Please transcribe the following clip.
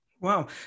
Wow